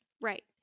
Right